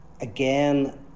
again